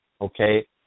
okay